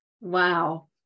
wow